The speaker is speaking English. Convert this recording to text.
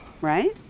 Right